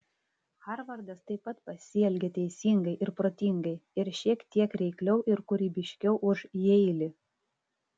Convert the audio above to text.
harvardas taip pat pasielgė teisingai ir protingai ir šiek tiek reikliau ir kūrybiškiau už jeilį